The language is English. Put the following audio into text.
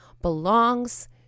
belongs